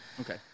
Okay